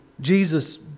Jesus